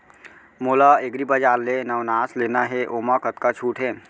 मोला एग्रीबजार ले नवनास लेना हे ओमा कतका छूट हे?